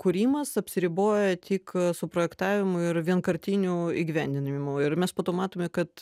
kūrimas apsiriboja tik suprojektavimu ir vienkartiniu įgyvendinimu ir mes po to matome kad